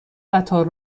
قطار